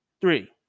Three